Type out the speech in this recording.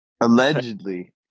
allegedly